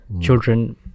children